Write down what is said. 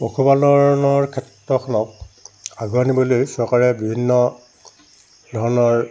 পশুপালনৰ ক্ষেত্ৰখনক আগুৱাই নিবলৈ চৰকাৰে বিভিন্ন ধৰণৰ